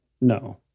No